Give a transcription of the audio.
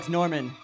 Norman